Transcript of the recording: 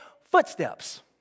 footsteps